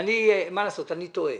מה לעשות, אני טועה.